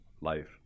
life